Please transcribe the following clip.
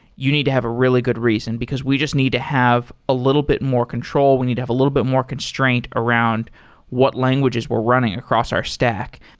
you need to have a really good reason, because we just need to have a little bit more control. we need to have a little bit more constraint around what languages we're running across our stack.